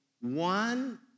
one